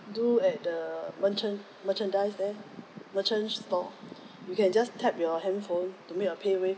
do at the merchant merchandise there merchant store you can just tap your handphone to make your pay wave